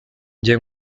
njye